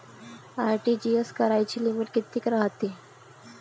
RTGS कराची limit कितीक रायते?